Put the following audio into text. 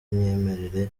imyemerere